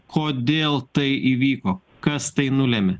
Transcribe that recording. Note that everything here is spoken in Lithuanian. kodėl tai įvyko kas tai nulėmė